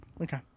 Okay